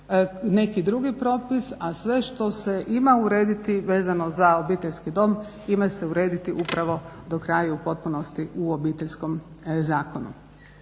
neki drugi propis a sve što se ima urediti vezano za obiteljski dom ima se urediti upravo do kraja i u potpunosti u Obiteljskom zakonu.